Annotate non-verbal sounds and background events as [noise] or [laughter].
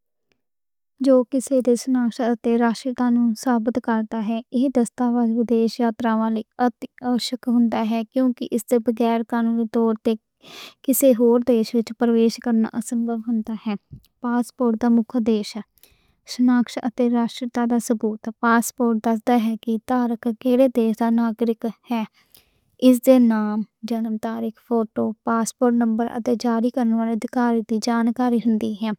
[hesitation] جو کسی دی شناخت اتے راشٹریتا نوں ثابت کردا ہے۔ ایہ دستاویز ودیشی یاترا لئی آوشک ہوندا ہے۔ کیونکہ اس دے بغیر قانونی طور تے کسی ہور دیش وچ پرویس کرنا اسنبھو ہوندا ہے۔ پاسپورٹ دا مکھ ادیش شناخت اتے راشٹریتا دا ثبوت ہے۔ اس تے نام، جنم تاریخ، فوٹو، پاسپورٹ نمبر اتے جاری کرن والی ادھکاری دی جانکاری ہوندی ہے۔